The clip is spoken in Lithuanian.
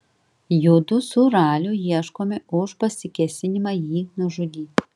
judu su raliu ieškomi už pasikėsinimą jį nužudyti